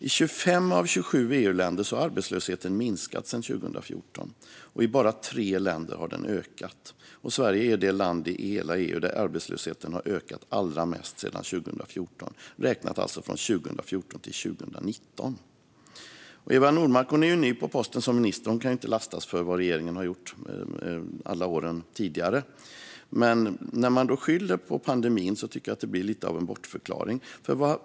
I 25 av 27 EU-länder har arbetslösheten minskat sedan 2014. Bara i tre länder har den ökat. Sverige är det land i hela EU där arbetslösheten har ökat allra mest sedan 2014, räknat på 2014-2019. Eva Nordmark är ny på posten som minister och kan inte lastas för vad regeringen har gjort åren innan hon tillträdde. Men att skylla på pandemin blir lite av en bortförklaring.